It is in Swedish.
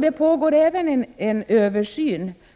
Det pågår även,